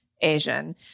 Asian